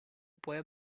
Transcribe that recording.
puede